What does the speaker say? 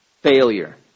failure